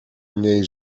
niej